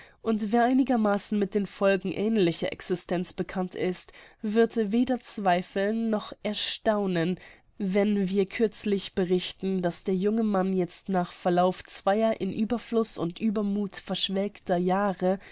und wer einigermaßen mit den folgen ähnlicher existenz bekannt ist wird weder zweifeln noch erstaunen wenn wir kürzlich berichten daß der junge mann jetzt nach verlauf zweier in ueberfluß und uebermuth verschwelgter jahre